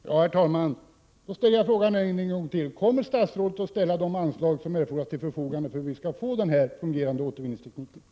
Herr talman! Då ställer jag min fråga en gång till: Kommer statsrådet att ställa de anslag som erfordras till förfogande för att vi skall få en fungerande återvinningsteknik?